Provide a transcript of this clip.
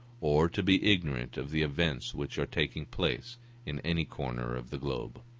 or to be ignorant of the events which are taking place in any corner of the globe.